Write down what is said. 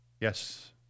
Yes